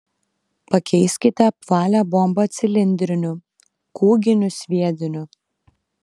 pakeiskite apvalią bombą cilindriniu kūginiu sviediniu